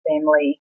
family